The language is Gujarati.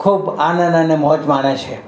ખૂબ આનંદ અને મોજ માણે છે